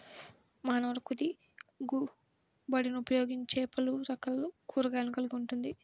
మానవులకుదిగుబడినిఉపయోగించేపలురకాల కూరగాయలను కలిగి ఉంటుంది